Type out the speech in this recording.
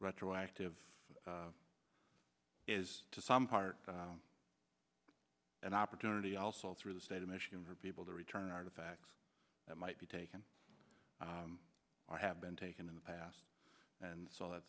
retroactive is to some part an opportunity also through the state of michigan for people to return artifacts that might be taken or have been taken in the past and so that